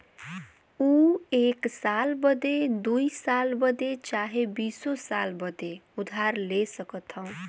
ऊ एक साल बदे, दुइ साल बदे चाहे बीसो साल बदे उधार ले सकत हौ